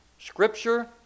Scripture